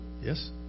Yes